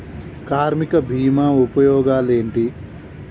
కార్మిక బీమా ఉపయోగాలేంటి?